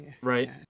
Right